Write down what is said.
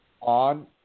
on